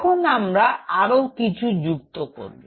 এখন আমরা আরও কিছু যুক্ত করব